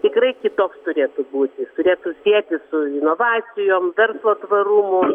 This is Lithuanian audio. tikrai kitoks turėtų būti turėtų jis sietis su inovacijom verslo tvarumu